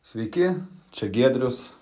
sveiki čia giedrius